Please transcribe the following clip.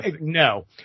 no